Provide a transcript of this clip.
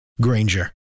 Granger